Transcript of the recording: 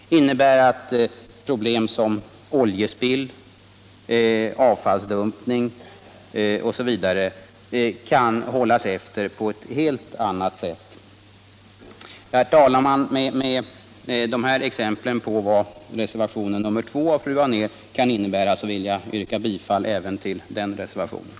Det innebär att problem som oljespill, avfallsdumpning o. d. kan bemästras på ett helt annat sätt än nu. Herr talman! Med dessa exempel på vad reservationen 2 av fru Anér kan innebära vill jag yrka bifall även till den reservationen.